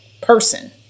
person